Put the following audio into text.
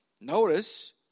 Notice